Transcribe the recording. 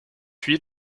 huit